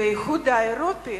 באיחוד האירופי